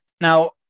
now